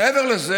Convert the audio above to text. מעבר לזה,